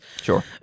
Sure